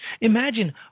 Imagine